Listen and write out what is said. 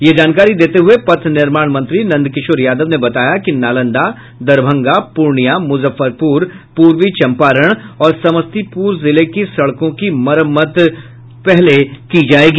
यह जानकारी देते हुये पथ निर्माण मंत्री नंदकिशोर यादव ने बताया कि नालंदा दरभंगा पूर्णिया मुजफ्फरपुर पूर्वी चंपारण और समस्तीपुर जिले की सड़कों की मरम्मत की जायेगी